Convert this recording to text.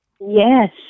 Yes